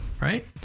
right